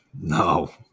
No